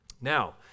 Now